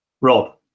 Rob